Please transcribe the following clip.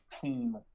team